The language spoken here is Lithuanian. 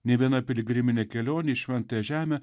nė viena piligriminė kelionė į šventąją žemę